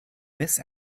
miss